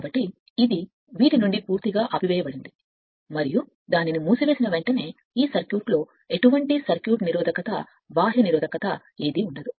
కాబట్టి ఇది వీటి నుండి పూర్తిగా ఆపివేయబడింది మరియు దానిని మూసివేసిన వెంటనే ఈ సర్క్యూట్లో ఎటువంటి సర్క్యూట్ నిరోధకత బాహ్య బాహ్య నిరోధకత ఏదీ ఇవ్వదు